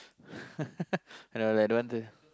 I know I don't want to